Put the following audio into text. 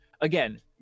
Again